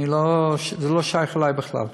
הוא לא שייך אלי בכלל.